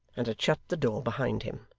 and had shut the door behind him.